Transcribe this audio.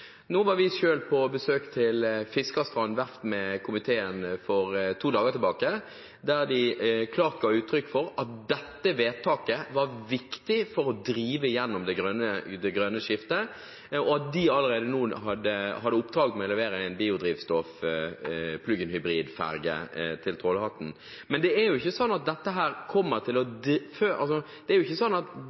Vi var på besøk på Fiskerstrand Verft med komiteen for to dager siden, der de klart ga uttrykk for at dette vedtaket var viktig for å drive gjennom det grønne skiftet, og at de allerede nå hadde oppdrag med å levere en biodiesel- og plug-in-hybridferge til Torghatten. Men det er ikke sånn at dette vedtaket i seg selv kommer til å drive gjennom denne utviklingen før det er klart for alle fylker fra når det er